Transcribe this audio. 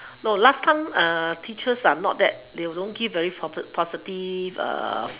no last time teachers are not that they will don't give very posi~ positive